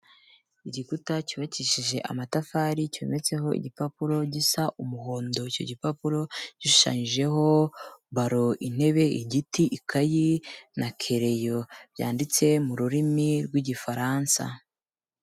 Igikuta cyubakishije amatafari cyometseho igipapuro gisa umuhondo. Icyo gipapuro gishushanyijeho balo, intebe, igiti, ikayi na kereyo byanditse mu rurimi rw'Igifaransa.